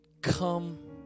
come